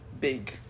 big